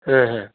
हाँ हाँ